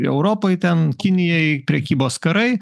europai ten kinijai prekybos karai